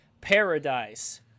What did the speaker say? paradise